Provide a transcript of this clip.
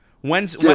When's